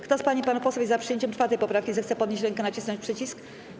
Kto z pań i panów posłów jest za przyjęciem 4. poprawki, zechce podnieść rękę i nacisnąć przycisk.